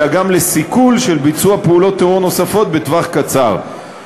אלא גם לסיכול פעולות טרור נוספות בטווח קצר.